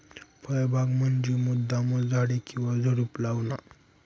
फळबाग म्हंजी मुद्दामचं झाडे किंवा झुडुप लावाना